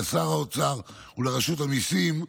לשר האוצר ולרשות המיסים,